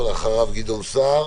אחריו גדעון סער,